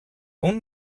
اون